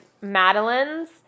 Madeline's